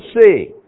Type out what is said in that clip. see